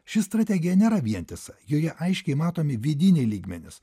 ši strategija nėra vientisa joje aiškiai matomi vidiniai lygmenys